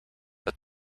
but